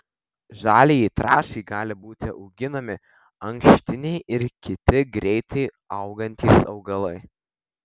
žaliajai trąšai gali būti auginami ankštiniai ir kiti greitai augantys augalai